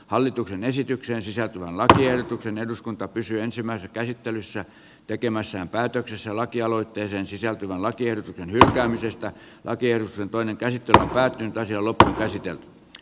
hallituksen esitykseen sisältyvän lakiehdotuksen eduskunta pysyi ensimmäisen käsittelyssä tekemässään päätöksessä lakialoitteeseen sisältyvän lakien hylkäämisistä ja kiersin toinen käsittely päättyy vesiolot käsityöt